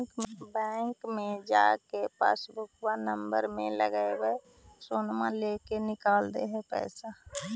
बैंकवा मे जा के पासबुकवा नम्बर मे लगवहिऐ सैनवा लेके निकाल दे है पैसवा?